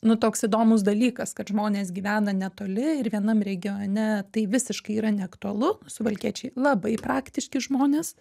nu toks įdomus dalykas kad žmonės gyvena netoli ir vienam regione tai visiškai yra neaktualu suvalkiečiai labai praktiški žmonės